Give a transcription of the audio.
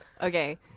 Okay